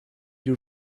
your